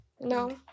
No